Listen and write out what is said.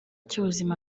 cy’ubuzima